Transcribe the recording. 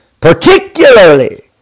Particularly